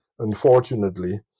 Unfortunately